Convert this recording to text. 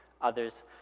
others